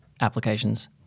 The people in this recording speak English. applications